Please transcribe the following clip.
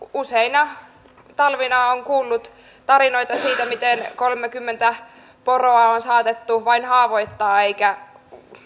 useina talvina olen kuullut tarinoita siitä miten kolmeakymmentä poroa on saatettu haavoittaa eikä